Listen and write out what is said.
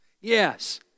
Yes